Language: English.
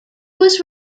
was